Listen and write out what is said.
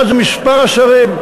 1. זה מספר השרים,